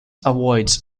avoids